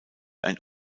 ein